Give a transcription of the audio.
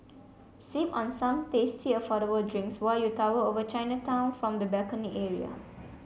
sip on some tasty affordable drinks while you tower over Chinatown from the balcony area